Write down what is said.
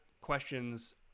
questions